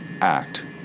act